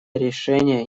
решение